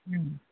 उम्